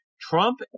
Trump